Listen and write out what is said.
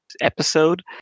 episode